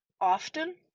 often